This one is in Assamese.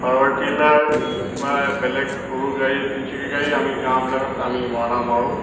পাৱাৰ টিলাৰ বা বেলেগ সৰু গাড়ী তিনচকীয়া গাড়ী আমি গাঁওবিলাকত মৰণা মাৰোঁ